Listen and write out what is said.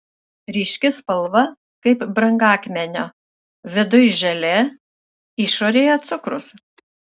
ryški spalva kaip brangakmenio viduj želė išorėje cukrus